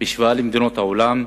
למדינות העולם.